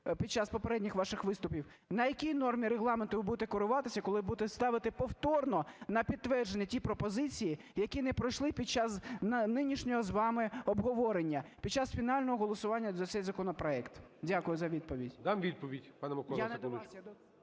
під час попередніх ваших виступів. На якій нормі Регламенту ви будете керуватися, коли будете ставити повторно на підтвердження ті пропозиції, які не пройшли під час нинішнього з вами обговорення, під час фінального голосування за цей законопроект? Дякую за відповідь. ГОЛОВУЮЧИЙ. Дам відповідь, пане Миколо…